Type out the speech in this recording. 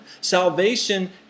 Salvation